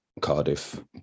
Cardiff